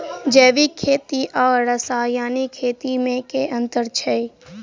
जैविक खेती आ रासायनिक खेती मे केँ अंतर छै?